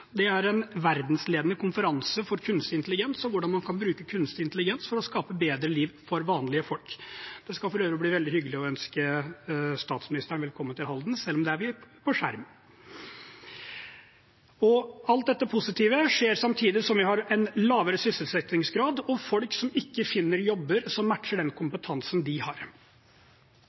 Det er en verdensledende konferanse for kunstig intelligens og hvordan man kan bruke kunstig intelligens for å skape et bedre liv for vanlige folk. Det skal for øvrig bli veldig hyggelig å ønske statsministeren velkommen til Halden, selv om det blir på skjerm. Alt dette positive skjer samtidig som vi har en lavere sysselsettingsgrad og folk som ikke finner jobber som matcher den kompetansen de har.